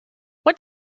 what